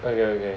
okay okay